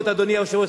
אדוני היושב-ראש,